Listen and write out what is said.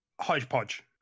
hodgepodge